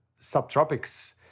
Subtropics